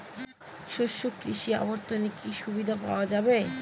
শস্য কৃষি অবর্তনে কি সুবিধা পাওয়া যাবে?